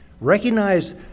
Recognize